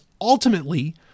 ultimately